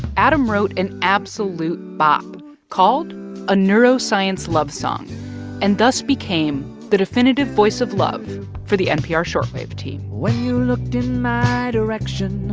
adam wrote an absolute bop called a neuroscience love song and thus became the definitive voice of love for the npr short wave team when you looked in my direction,